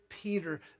peter